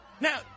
Now